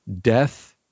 death